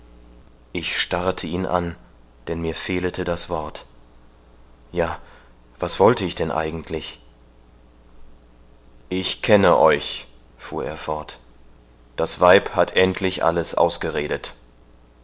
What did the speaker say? ich starrete ihn an denn mir fehlete das wort ja was wollte ich denn eigentlich ich kenne euch fuhr er fort das weib hat endlich alles ausgeredet